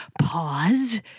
pause